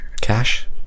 Cash